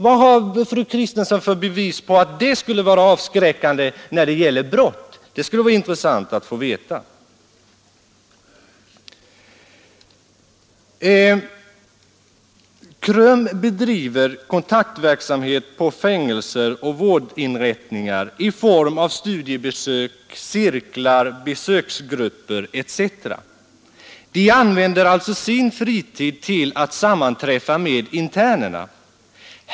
Vad har fru Kristensson för bevis på att fängelserna skulle avskräcka människor från brott? Det vore intressant att få veta. KRUM:s medlemmar bedriver kontaktverksamhet på fängelser och vårdinrättningar i form av studiebesök, cirklar, besöksgrupper etc. De använder alltså sin fritid till att sammanträffa med internerna.